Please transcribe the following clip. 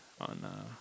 on